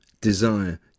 Desire